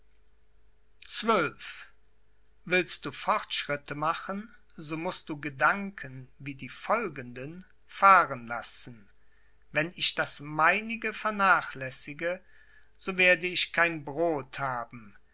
willst du fortschritte machen so mußt du gedanken wie die folgenden fahren lassen wenn ich das meinige vernachläßige so werde ich kein brod haben